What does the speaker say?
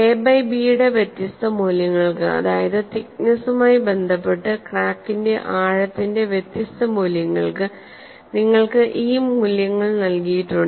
A by B യുടെ വ്യത്യസ്ത മൂല്യങ്ങൾക്ക് അതായത് തിക്നെസുമായി ബന്ധപ്പെട്ട് ക്രാക്കിന്റെ ആഴത്തിന്റെ വ്യത്യസ്ത മൂല്യങ്ങൾക്ക് നിങ്ങൾക്ക് ഈ മൂല്യങ്ങൾ നൽകിയിട്ടുണ്ട്